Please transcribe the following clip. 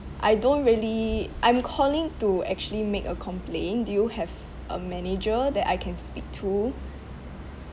I don't really I'm calling to actually make a complaint do you have a manager that I can speak to